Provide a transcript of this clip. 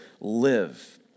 live